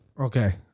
Okay